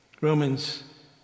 Romans